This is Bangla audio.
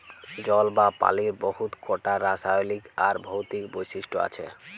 জল বা পালির বহুত কটা রাসায়লিক আর ভৌতিক বৈশিষ্ট আছে